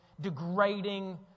degrading